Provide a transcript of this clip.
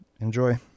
Enjoy